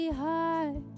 heart